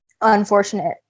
unfortunate